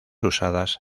usadas